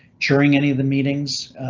during any of the meetings,